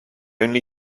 only